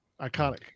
Iconic